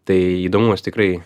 tai įdomus tikrai